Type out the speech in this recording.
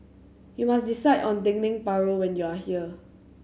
you must decide on Dendeng Paru when you are here